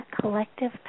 collective